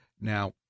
Now